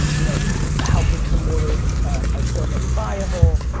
you know how bricks and mortors are still very viable.